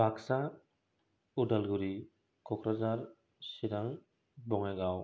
Baksa Udalguri Kokrajhar Chirang Bongaigaon